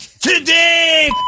today